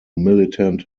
militant